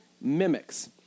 mimics